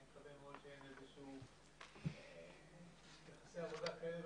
אני מקווה שאין איזשהם יחסי עבודה כאלו